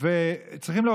ומה קורה?